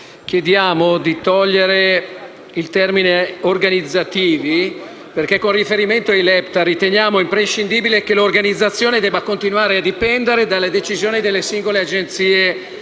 dall'articolo il termine «organizzativi» perché con riferimento ai LEPTA riteniamo imprescindibile che l'organizzazione debba continuare a dipendere dalle decisioni delle singole Agenzie